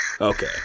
okay